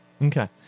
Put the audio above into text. Okay